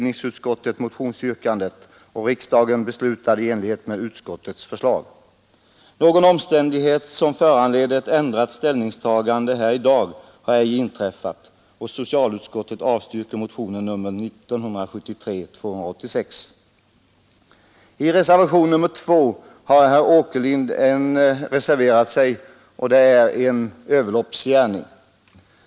Någon omständighet som kan föranleda ett ändrat ställningstagande här i dag har ej inträffat, och socialutskottet avstyrker motionen 286. Herr Åkerlind står bakom reservationen 2, vars tillkomst är en överloppsgärning.